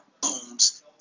bones